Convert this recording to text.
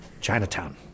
Chinatown